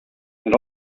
and